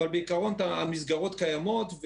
אבל בעיקרון המסגרות קיימות,